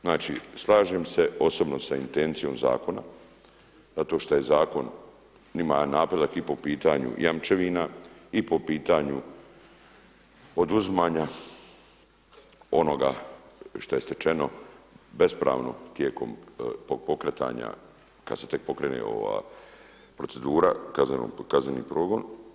Znači slažem se osobno sa intencijom zakona zato što je zakon, ima napredak i po pitanju jamčevina, i po pitanju oduzimanja onoga što je stečeno bespravno tijekom pokretanja kada se tek pokrene ova procedura kazneni progon.